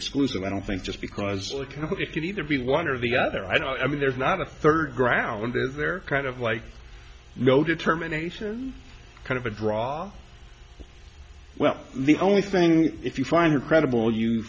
exclusive i don't think just because it could either be one or the other i don't i mean there's not a third ground is there kind of like no determination kind of a draw well the only thing if you find it credible you